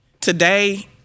today